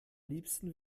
liebsten